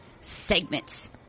segments